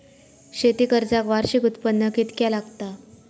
शेती कर्जाक वार्षिक उत्पन्न कितक्या लागता?